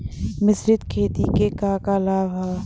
मिश्रित खेती क का लाभ ह?